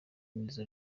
neza